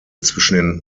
zwischen